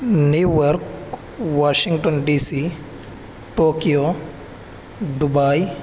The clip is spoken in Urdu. new York Washington D C Tokyo Dubai